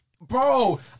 Bro